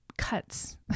Cuts